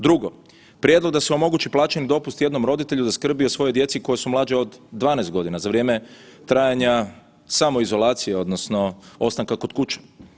Drugo prijedlog da se omogući plaćeni dopust jednom roditelju da skrbi o svojoj djeci koja su mlađa od 12 godina za vrijeme trajanja samoizolacije odnosno ostanka kod kuće.